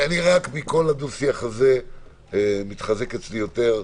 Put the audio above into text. מכל הדו שיח הזה מתחזק אצלי יותר,